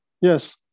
Yes